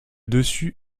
dessus